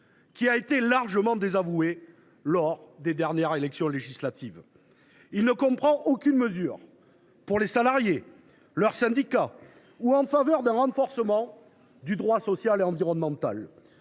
qui a été largement désavoué lors des dernières élections législatives. Il ne comprend aucune mesure en direction des salariés, de leurs syndicats ou en faveur d’un renforcement du droit social et environnemental.